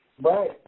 Right